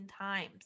times